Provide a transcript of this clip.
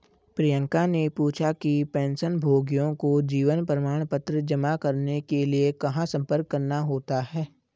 प्रियंका ने पूछा कि पेंशनभोगियों को जीवन प्रमाण पत्र जमा करने के लिए कहाँ संपर्क करना होता है?